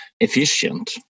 efficient